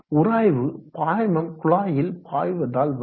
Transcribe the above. உராய்வு பாய்மம் குழாயில் பாய்வதால் வரும்